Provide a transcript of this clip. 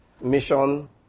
mission